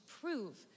prove